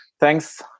Thanks